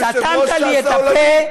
באמת, באמת סתמת לי את הפה.